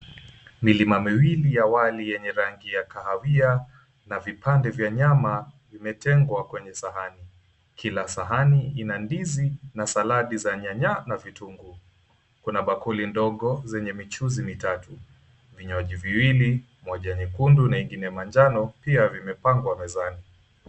Milima miwili ya wali yenye rangi ya kahawia na vipande vya nyama, vimetengwa kwenye sahani. Kila sahani ina ndizi na saladi za nyanya na vitunguu. Kuna bakuli ndogo zenye michuzi mitatu, vinyuaji viwili, moja nyekundu na ingine manjano pia vimepangwa mezani.